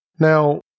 Now